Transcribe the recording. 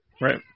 Right